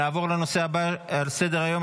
נעבור לנושא הבא על סדר-היום,